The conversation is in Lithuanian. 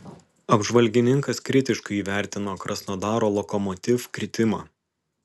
apžvalgininkas kritiškai įvertino krasnodaro lokomotiv kritimą